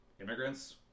immigrants